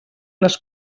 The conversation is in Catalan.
les